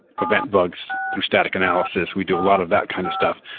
prevent bugs through static analysis. we do a lot of that kind of stuff,